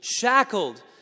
shackled